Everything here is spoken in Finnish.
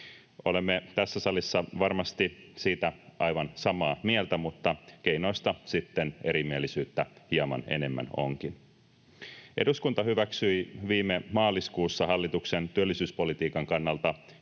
Olemme tässä salissa varmasti siitä aivan samaa mieltä, mutta keinoista sitten onkin hieman enemmän erimielisyyttä. Eduskunta hyväksyi viime maaliskuussa hallituksen työllisyyspolitiikan kannalta